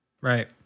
Right